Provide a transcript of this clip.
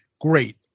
Great